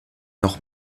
noch